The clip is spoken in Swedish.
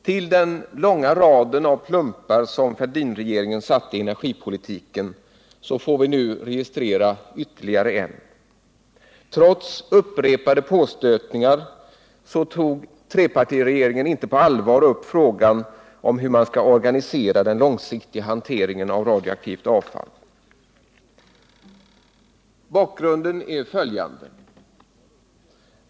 Till den långa raden av plumpar som Fälldinregeringen satte i energipolitiken får vi nu registrera ytterligare en. Trots upprepade påstötningar tog trepartiregeringen inte på allvar upp frågan om hur man skall organisera den långsiktiga hanteringen av radioaktivt avfall. Bakgrunden är följande.